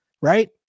right